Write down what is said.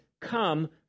come